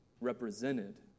represented